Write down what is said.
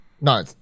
No